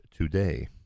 Today